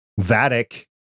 Vatic